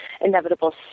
inevitable